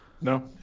No